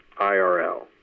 IRL